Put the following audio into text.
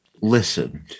listened